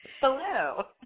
Hello